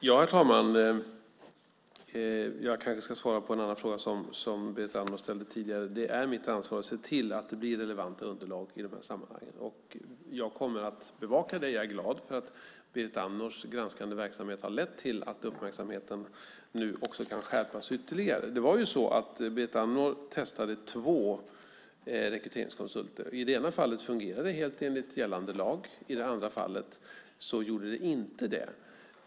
Herr talman! Jag ska svara på en annan fråga som Berit Andnor ställde tidigare. Det är mitt ansvar att se till att det blir relevanta underlag i de här sammanhangen. Jag kommer att bevaka det, och jag är glad för att Berit Andnors granskande verksamhet har lett till att uppmärksamheten nu kan skärpas ytterligare. Berit Andnor testade ju två rekryteringskonsulter. I det ena fallet fungerade det helt enligt gällande lag. I det andra fallet gjorde det inte.